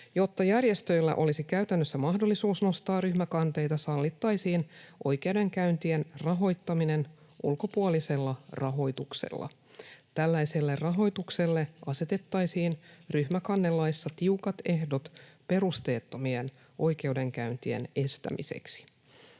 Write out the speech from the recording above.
Jotta järjestöillä olisi käytännössä mahdollisuus nostaa ryhmäkanteita, sallittaisiin oikeudenkäyntien rahoittaminen ulkopuolisella rahoituksella. Tällaiselle rahoitukselle asetettaisiin ryhmäkannelaissa tiukat ehdot perusteettomien oikeudenkäyntien estämiseksi.